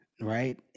right